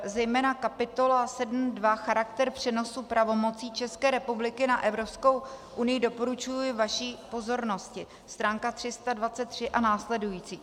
Zejména kapitola 7.2 Charakter přenosu pravomocí České republiky na Evropskou unii doporučuji vaší pozornosti, stránka 323 a následující.